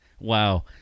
Wow